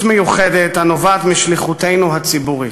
מיוחדת הנובעת משליחותנו הציבורית.